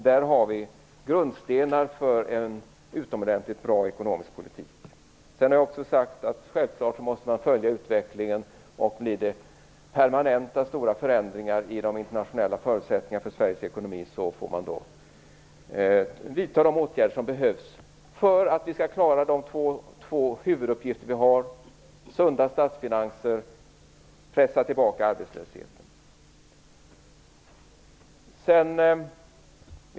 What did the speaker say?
Där har vi grundstenen för en utomordentligt bra ekonomisk politik. Jag har också sagt att man självfallet måste följa utvecklingen och att om det blir stora permanenta förändringar i de internationella förutsättningarna för Sveriges ekonomi, får man vidta de åtgärder som behövs för att vi skall klara de två huvuduppgifter som vi har: att få sunda statsfinanser och att pressa tillbaka arbetslösheten.